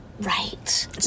right